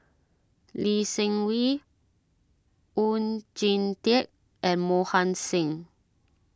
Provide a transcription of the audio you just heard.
Lee Seng Wee Oon Jin Teik and Mohan Singh